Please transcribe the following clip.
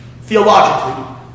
theologically